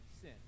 sin